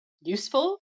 useful